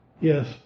Yes